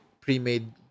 pre-made